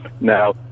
Now